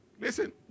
Listen